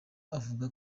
avuga